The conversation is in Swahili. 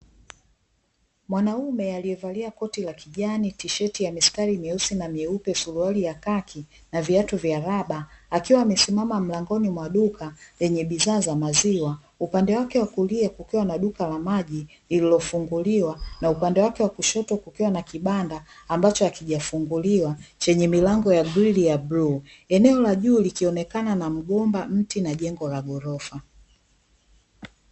Mwanaume aliyevalia koti la kijani, tisheti la mistari meusi na meupe, suruali ya khaki na viatu vya raba akiwa amesimama mlangoni mwa duka lenye bidhaa za maziwa. Upande wake wa kulia kukiwa na duka la maji lililofunguliwa, na upande wake wa kushoto kukiwa na kibanda ambacho hakijafunguliwa, chenye milango ya grili ya bluu. Eneo la juu likionekana na mgomba, mti na jengo la ghorofa.